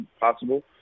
possible